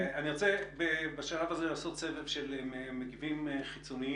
אני רוצה בשלב הזה לעשות סבב של מגיבים חיצוניים,